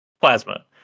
Plasma